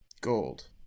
gold